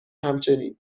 همچنین